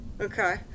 Okay